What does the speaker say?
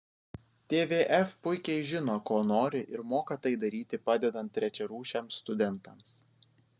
tvf puikiai žino ko nori ir moka tai daryti padedant trečiarūšiams studentams